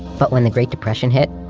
but when the great depression hit,